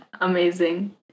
Amazing